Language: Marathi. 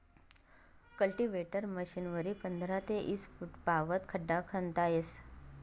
कल्टीवेटर मशीनवरी पंधरा ते ईस फुटपावत खड्डा खणता येस